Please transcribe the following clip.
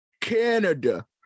Canada